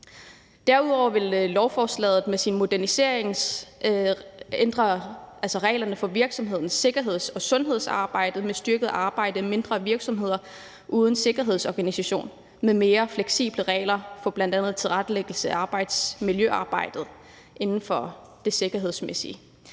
Derudover vil lovforslaget med sin modernisering ændre reglerne for virksomhedens sikkerheds- og sundhedsarbejde med et styrket samarbejde i mindre virksomheder uden en sikkerhedsorganisation og med mere fleksible regler for bl.a. en tilrettelæggelse af arbejdsmiljøarbejdet inden for det sikkerhedsmæssige.